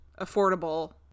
affordable